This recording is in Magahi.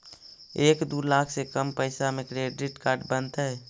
एक दू लाख से कम पैसा में क्रेडिट कार्ड बनतैय?